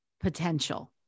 potential